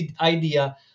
idea